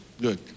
good